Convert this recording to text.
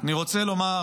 אני רוצה לומר